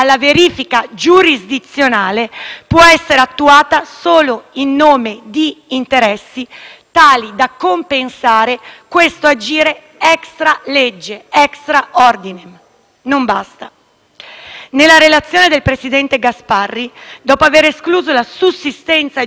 tali da compensare questo agire *extra ordinem*. Non basta. Nella relazione del presidente Gasparri, dopo aver escluso la sussistenza di un interesse personale (per esempio, qualora ci fosse la ricezione di denaro per un atto d'ufficio),